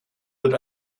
wird